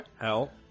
Hell